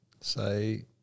Say